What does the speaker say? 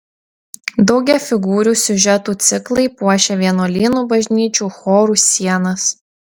daugiafigūrių siužetų ciklai puošė vienuolynų bažnyčių chorų sienas